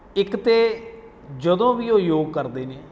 ਇੱਕ ਤਾਂ ਜਦੋਂ ਵੀ ਉਹ ਯੋਗ ਕਰਦੇ ਨੇ